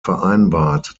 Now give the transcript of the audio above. vereinbart